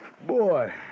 Boy